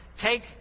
Take